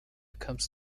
becomes